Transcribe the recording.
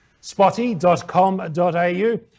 spotty.com.au